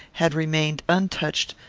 had remained untouched,